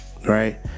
right